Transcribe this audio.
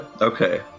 Okay